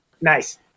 Nice